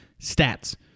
stats